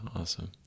awesome